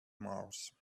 mars